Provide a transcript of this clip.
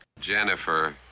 jennifer